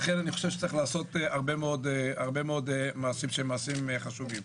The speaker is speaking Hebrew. לכן אני חושב שצריך לעשות הרבה מאוד מעשים שהם מעשים חשובים.